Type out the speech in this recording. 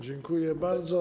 Dziękuję bardzo.